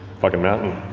fucking mountain.